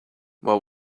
well